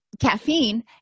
caffeine